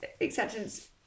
acceptance